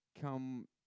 come